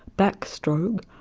backstroke,